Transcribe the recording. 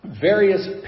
Various